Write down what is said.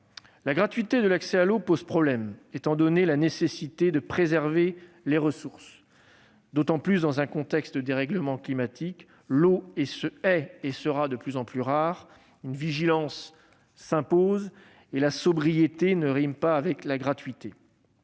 La gratuité de l'accès à l'eau pose problème. En effet, il est d'autant plus nécessaire de préserver les ressources que, dans un contexte de dérèglement climatique, l'eau est et sera de plus en plus rare. Une vigilance s'impose ; or sobriété ne rime pas avec gratuité.